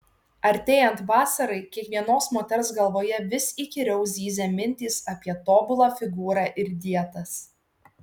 artėjant vasarai kiekvienos moters galvoje vis įkyriau zyzia mintys apie tobulą figūrą ir dietas